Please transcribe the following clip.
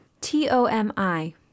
T-O-M-I